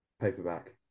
Paperback